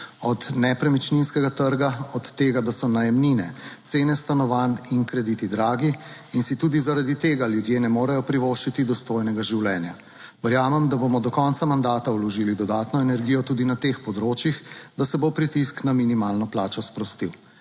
od nepremičninskega trga, od tega, da so najemnine, cene stanovanj in krediti dragi in si tudi zaradi tega ljudje ne morejo privoščiti dostojnega življenja. Verjamem, da bomo do konca mandata vložili dodatno energijo tudi na teh področjih, da se bo pritisk na minimalno plačo sprostil.